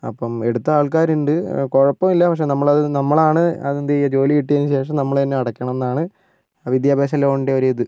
അപ്പം എടുത്ത ആൾക്കാരുണ്ട് കുഴപ്പമില്ല പക്ഷേ നമ്മൾ നമ്മളാണ് അത് എന്ത് ചെയ്യാ ജോലി കിട്ടിയതിനു ശേഷം നമ്മൾ തന്നെ അടക്കണംന്നാണ് വിദ്യാഭ്യാസ ലോണിൻ്റെ ഒരു ഇത്